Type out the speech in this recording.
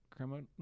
criminal